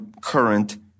current